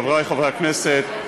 חברי חברי הכנסת,